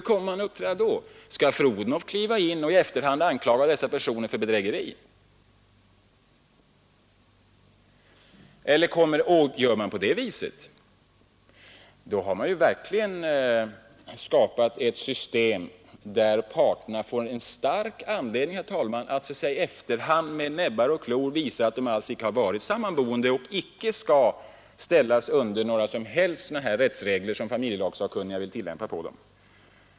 Skall fru Odhnoff kliva in och i efterhand anklaga dessa personer för bedrägeri? Gör man på det viset, har man verkligen skapat ett system där parterna får en stark anledning, herr talman, att så att säga i efterhand med näbbar och klor kämpa för att visa att de alls icke har varit sammanboende och icke skall ställas under några som helst rättsregler av det slag som familjelagssakkunniga vill tillämpa på dem.